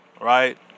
right